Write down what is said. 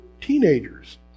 teenagers